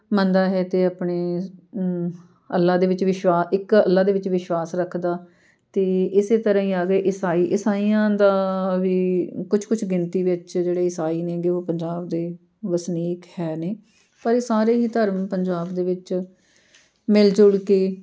ਮੰਨਦਾ ਹੈ ਅਤੇ ਆਪਣੇ ਅੱਲ੍ਹਾ ਦੇ ਵਿੱਚ ਵਿਸ਼ਵਾਸ ਇੱਕ ਅੱਲ੍ਹਾ ਦੇ ਵਿੱਚ ਵਿਸ਼ਵਾਸ ਰੱਖਦਾ ਅਤੇ ਇਸੇ ਤਰ੍ਹਾਂ ਹੀ ਆ ਗਏ ਈਸਾਈ ਈਸਾਈਆਂ ਦਾ ਵੀ ਕੁਛ ਕੁਛ ਗਿਣਤੀ ਵਿੱਚ ਜਿਹੜੇ ਈਸਾਈ ਨੇਗੇ ਉਹ ਪੰਜਾਬ ਦੇ ਵਸਨੀਕ ਹੈ ਨੇ ਪਰ ਇਹ ਸਾਰੇ ਹੀ ਧਰਮ ਪੰਜਾਬ ਦੇ ਵਿੱਚ ਮਿਲ ਜੁਲ ਕੇ